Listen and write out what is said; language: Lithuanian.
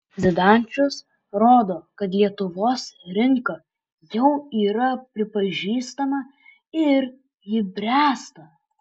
zdančiaus rodo kad lietuvos rinka jau yra pripažįstama ir ji bręsta